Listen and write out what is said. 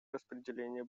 распределение